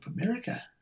America